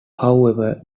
however